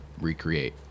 recreate